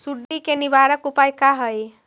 सुंडी के निवारक उपाय का हई?